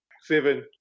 Seven